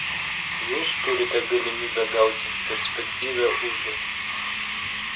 jūs turite galimybę gauti perspektyvią užduoti